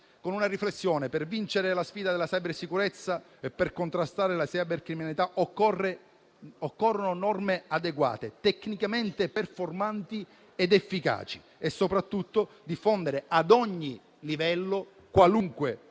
con una riflessione: per vincere la sfida della cybersicurezza e per contrastare la cybercriminalità occorrono norme adeguate, tecnicamente performanti ed efficaci, e soprattutto diffondere, ad ogni livello istituzionale,